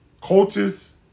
coaches